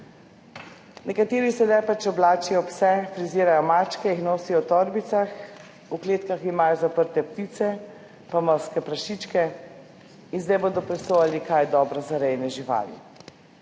Nekateri sedaj pač oblačijo pse, frizirajo mačke, jih nosijo v torbicah, v kletkah imajo zaprte ptice, pa morske prašičke in zdaj bodo presojali, kaj je dobro za rejne živali.